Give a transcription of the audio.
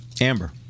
Amber